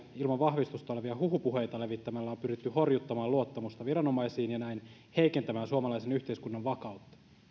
ilman vahvistusta olevia huhupuheita levittämällä on pyritty horjuttamaan luottamusta viranomaisiin ja näin heikentämään suomalaisen yhteiskunnan vakautta